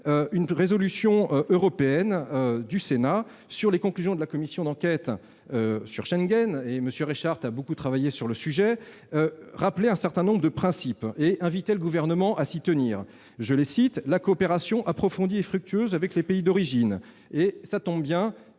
une résolution européenne du Sénat sur le suivi des conclusions de la commission d'enquête sur Schengen- M. Reichardt a beaucoup travaillé sur le sujet -rappelait un certain nombre de principes, invitant le Gouvernement à s'y tenir. Sont notamment mises en avant « la coopération approfondie et fructueuse avec les pays d'origine »-